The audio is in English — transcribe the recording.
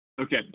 Okay